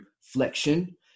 flexion